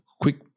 quick